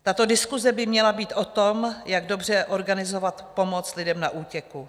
Tato diskuse by měla být o tom, jak dobře organizovat pomoc lidem na útěku.